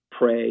pray